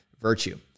virtue